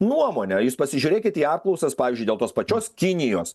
nuomonę jūs pasižiūrėkit į apklausas pavyzdžiui dėl tos pačios kinijos